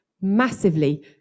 Massively